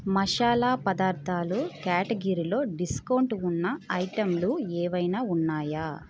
మషాలా పదార్థాలు క్యాటగరీలో డిస్కౌంట్ ఉన్న ఐటెంలు ఏవైనా ఉన్నాయా